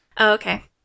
okay